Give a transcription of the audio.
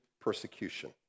persecution